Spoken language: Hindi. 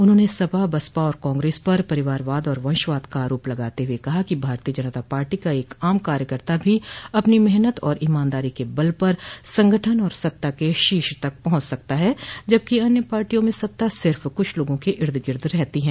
उन्होंने सपा बसपा और कांग्रेस पर परिवारवाद और वंशवाद का आरोप लगाते हुए कहा कि भारतोय जनता पार्टी का एक आम कार्यकर्ता भी अपनी मेहनत और ईमानदारी के बल पर संगठन और सत्ता के शीर्ष तक पहुंच सकता है जबकि अन्य पार्टियों में सत्ता सिर्फ कुछ लोगों के इर्द गिर्द रहती है